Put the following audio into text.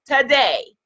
today